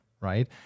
right